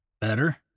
Better